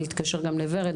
אני גם אתקשר לורד.